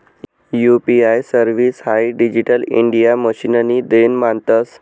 UPI service हाई digital India मिशननी देन मानतंस